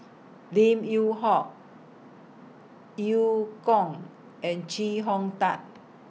Lim Yew Hock EU Kong and Chee Hong Tat